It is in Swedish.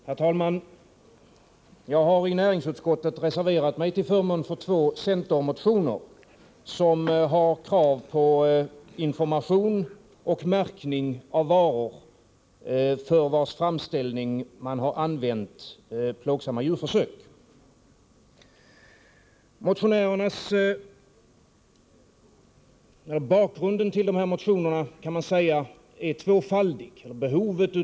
Herr talman! Jag har i näringsutskottet reserverat mig till förmån för två centermotioner, i vilka motionärerna ställer krav på information och märkning av varor för vilkas framställning man använt plågsamma djurförsök. Behovet av en sådan märkning är tvåfaldigt.